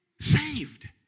saved